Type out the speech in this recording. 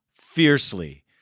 fiercely